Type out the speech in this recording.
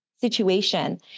situation